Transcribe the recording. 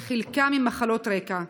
שחלקם עם מחלות רקע.